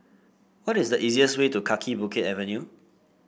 what is the easiest way to Kaki Bukit Avenue